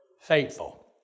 faithful